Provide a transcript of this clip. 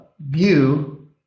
view